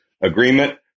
agreement